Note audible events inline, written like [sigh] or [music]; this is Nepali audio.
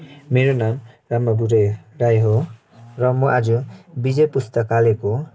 मेरो नाम [unintelligible] राई हो र म आज विजय पुस्तकालयको